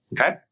okay